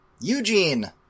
Eugene